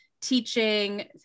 teaching